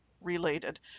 related